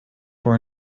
for